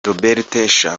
robert